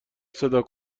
صدا